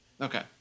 Okay